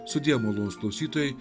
sudie malonūs klausytojai